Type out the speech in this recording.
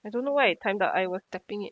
I don't know why it timed out I was tapping it